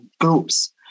groups